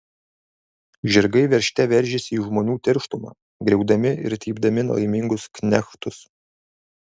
žirgai veržte veržėsi į žmonių tirštumą griaudami ir trypdami nelaimingus knechtus